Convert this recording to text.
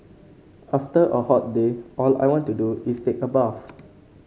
after a hot day all I want to do is take a bath